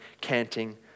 canting